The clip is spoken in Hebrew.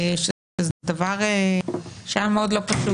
שזה דבר שהיה מאוד לא פשוט,